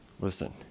listen